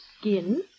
skin